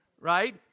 right